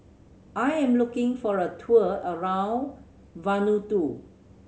I am looking for a tour around Vanuatu